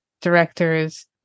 directors